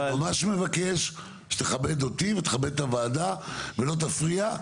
אני ממש מבקש שתכבד אותי ותכבד את הוועדה ולא תפריע.